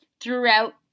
throughout